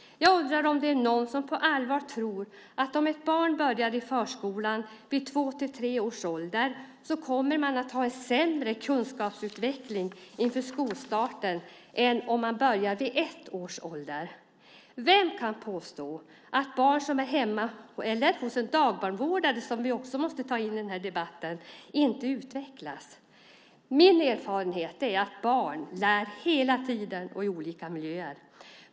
Jag undrar också om det är någon som på allvar tror att det barn som börjar i förskolan vid två eller tre års ålder kommer att ha en sämre kunskapsutveckling inför skolstarten än om barnet hade börjat vid ett års ålder. Vem kan påstå att barn som är hemma eller hos en dagbarnvårdare, något som vi också måste ta med i den här debatten, inte utvecklas? Min erfarenhet är att barn lär hela tiden och i olika miljöer.